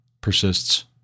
persists